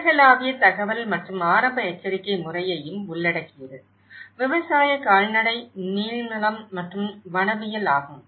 உலகளாவிய தகவல் மற்றும் ஆரம்ப எச்சரிக்கை முறையையும் உள்ளடக்கியது விவசாய கால்நடை மீன்வளம் மற்றும் வனவியல் ஆகும்